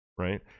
Right